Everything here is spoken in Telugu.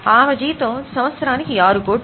ఆమె జీతం సంవత్సరానికి 6 కోట్లు